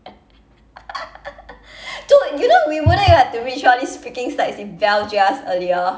dude you know we wouldn't even have to read all this freaking slides if vel jio us earlier